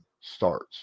starts